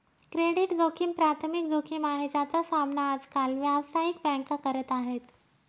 credit जोखिम प्राथमिक जोखिम आहे, ज्याचा सामना आज काल व्यावसायिक बँका करत आहेत